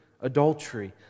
adultery